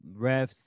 refs